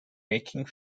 making